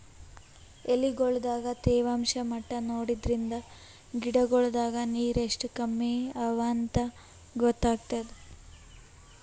ಎಲಿಗೊಳ್ ದಾಗ ತೇವಾಂಷ್ ಮಟ್ಟಾ ನೋಡದ್ರಿನ್ದ ಗಿಡಗೋಳ್ ದಾಗ ನೀರ್ ಎಷ್ಟ್ ಕಮ್ಮಿ ಅವಾಂತ್ ಗೊತ್ತಾಗ್ತದ